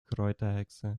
kräuterhexe